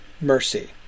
mercy